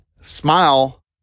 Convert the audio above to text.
smile